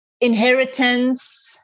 inheritance